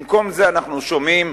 במקום זה אנחנו שומעים